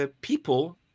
people